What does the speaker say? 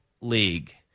League